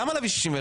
למה להביא 61?